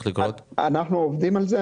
אנחנו עובדים על זה.